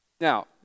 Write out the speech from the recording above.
Now